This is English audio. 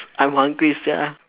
I'm hungry sia